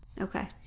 okay